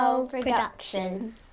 Production